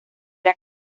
era